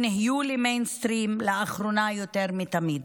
שנהיו למיינסטרים, ולאחרונה יותר מתמיד.